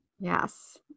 yes